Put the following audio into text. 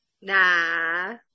Nah